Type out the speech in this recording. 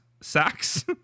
sacks